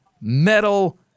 metal